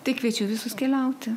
tai kviečiu visus keliauti